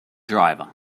driver